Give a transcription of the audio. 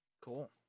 Cool